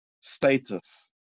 status